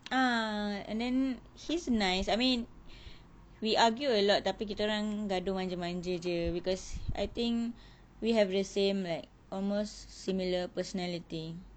ah and then he's nice I mean we argue a lot tapi kitaorang gaduh manja manja jer because I think we have the same like almost similar personality